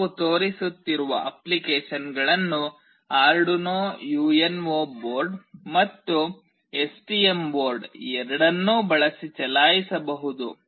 ನಾವು ತೋರಿಸುತ್ತಿರುವ ಅಪ್ಲಿಕೇಶನ್ಗಳನ್ನು ಆರ್ಡುನೊ ಯುಎನ್ಒ ಬೋರ್ಡ್ ಮತ್ತು ಎಸ್ಟಿಎಂ ಬೋರ್ಡ್ ಎರಡನ್ನೂ ಬಳಸಿ ಚಲಾಯಿಸಬಹುದು